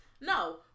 No